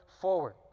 forward